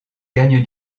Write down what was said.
gagne